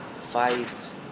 fights